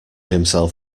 himself